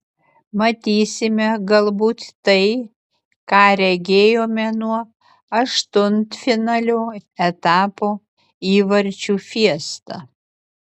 matysime galbūt tai ką regėjome nuo aštuntfinalio etapo įvarčių fiestą